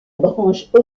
branche